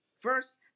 First